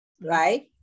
right